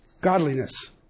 Godliness